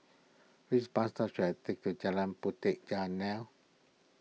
which bus should I take to Jalan Puteh Jerneh